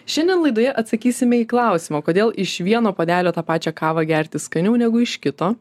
šiandien laidoje atsakysime į klausimą kodėl iš vieno puodelio tą pačią kavą gerti skaniau negu iš kito